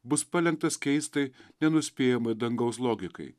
bus palenktas keistai nenuspėjamai dangaus logikai